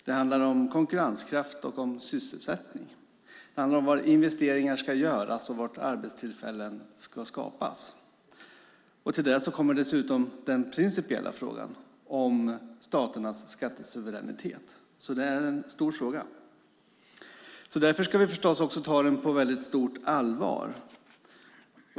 Det handlar om konkurrenskraft och sysselsättning, var investeringar ska göras och var arbetstillfällen ska skapas. Till det kommer dessutom den principiella frågan om staternas skattesuveränitet. Det är en stor fråga. Därför ska vi också ta den på väldigt stort allvar.